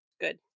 Good